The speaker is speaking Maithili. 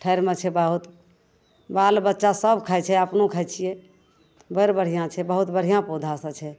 ठाड़िमे छै बहुत बालबच्चा सभ खाइ छै अपनो खाइ छिए बड़ बढ़िआँ छै बहुत बढ़िआँ पौधासब छै